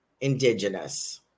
indigenous